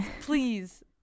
please